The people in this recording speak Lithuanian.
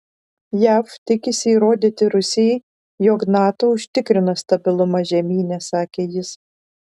jav tikisi įrodyti rusijai jog nato užtikrina stabilumą žemyne sakė jis